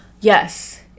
Yes